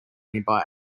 nearby